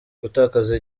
gutakaza